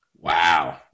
Wow